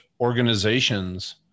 organizations